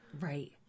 Right